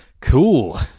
Cool